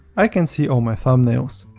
i can see all my thumbnails.